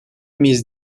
miyiz